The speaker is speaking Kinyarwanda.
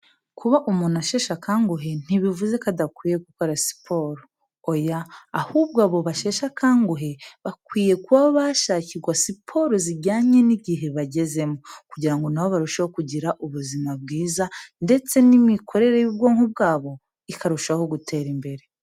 Kuba umuntu asheshe akanguhe ntibivuze ko adakwiye gukora siporo, oya ahubwo abo basheshe akanguhe bakwiye kuba bashakirwa siporo zijyanye n'igihe bagezemo, kugira ngo nabo barusheho kugira ubuzima bwiza ndetse n'imikorere y'ubwonko bwabo ikarushaho gutera imbere.